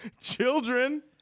children